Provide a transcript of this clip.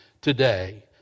today